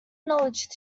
knowledge